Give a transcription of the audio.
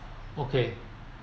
okay